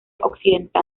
occidental